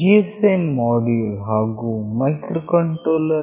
GSM module ಹಾಗು micro controller